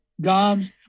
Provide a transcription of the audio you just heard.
Gums